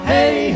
Hey